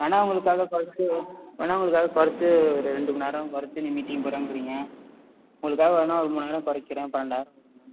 வேணுனா உங்களுக்காக கொறைச்சி வேணுனா உங்களுக்காக கொறைச்சி ஒரு ரெண்டு மணிநேரம் கொறைச்சி நீங்க மீட்டிங் போகிறேங்கிறீங்க உங்களுக்காக வேணுனா ஒரு மூணாயிரம் குறைக்கிறேன் பன்னெண்டாயிரம் கொடுங்க